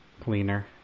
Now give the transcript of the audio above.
cleaner